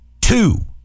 two